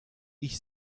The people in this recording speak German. ich